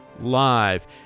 Live